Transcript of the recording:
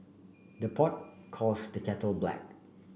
the pot calls the kettle black